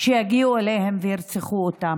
שיגיעו אליהן וירצחו אותן.